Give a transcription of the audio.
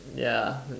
ya